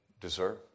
deserve